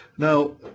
Now